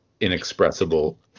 inexpressible